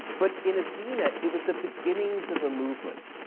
but in edina, it was the beginnings of a movement.